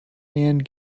and